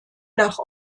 nach